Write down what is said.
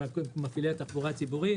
עם מפעילי התחבורה הציבורית.